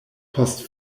post